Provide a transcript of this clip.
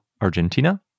Argentina